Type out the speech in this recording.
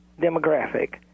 demographic